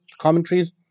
commentaries